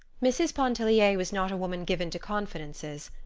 mrs. pontellier was not a woman given to confidences,